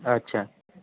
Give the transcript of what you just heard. अच्छा